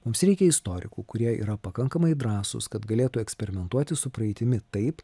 mums reikia istorikų kurie yra pakankamai drąsūs kad galėtų eksperimentuoti su praeitimi taip